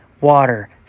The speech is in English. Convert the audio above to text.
water